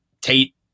Tate